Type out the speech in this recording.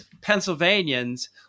Pennsylvanians